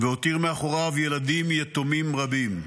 והותיר מאחוריו ילדים יתומים רבים.